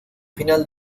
final